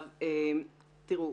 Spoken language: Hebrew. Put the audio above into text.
בינתיים,